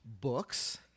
books